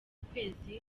ukwezi